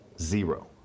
Zero